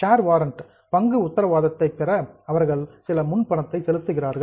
share warrants பங்கு உத்தரவாதத்தை பெற அவர்கள் சில முன்பணத்தை செலுத்துகிறார்கள்